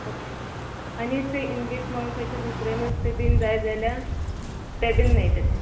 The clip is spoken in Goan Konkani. ओके आनी से इन केस म्हाका खंयचे दुसरे नुस्तें बीन जाय जाल्यार तें बीन मेळटलें